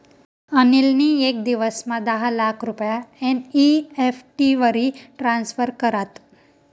अनिल नी येक दिवसमा दहा लाख रुपया एन.ई.एफ.टी वरी ट्रान्स्फर करात